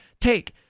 take